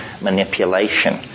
manipulation